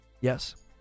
Yes